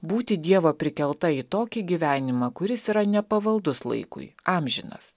būti dievo prikelta į tokį gyvenimą kuris yra nepavaldus laikui amžinas